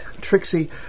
Trixie